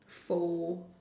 foe